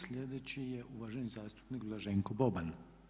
Slijedeći je uvaženi zastupnik Blaženko Boban.